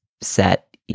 set